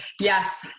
Yes